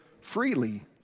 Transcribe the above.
freely